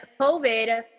COVID